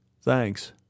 Thanks